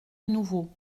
nouveau